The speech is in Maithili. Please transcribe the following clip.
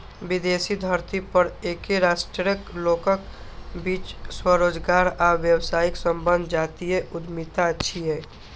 विदेशी धरती पर एके राष्ट्रक लोकक बीच स्वरोजगार आ व्यावसायिक संबंध जातीय उद्यमिता छियै